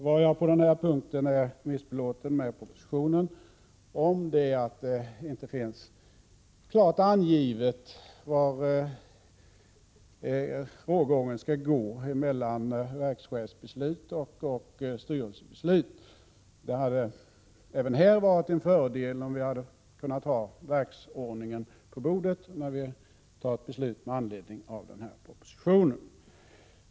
Vad jag är missbelåten med på den punkten i propositionen är att det inte är klart angivet var rågången skall gå mellan verkschefsbeslut och styrelsebeslut. Det hade även här varit en fördel, om vi hade kunnat ha verksordningen på bordet när vi fattar beslut med anledning av den här propositionen.